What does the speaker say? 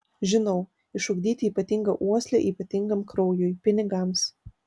žinau išugdyti ypatingą uoslę ypatingam kraujui pinigams